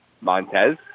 Montez